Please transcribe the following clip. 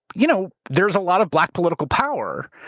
you know there's a lot of black political power.